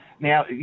Now